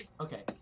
Okay